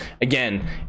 again